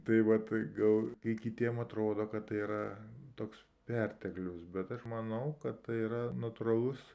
tai va tai gal kai kitiem atrodo kad tai yra toks perteklius bet aš manau kad tai yra natūralus